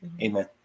amen